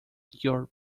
your